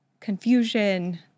confusion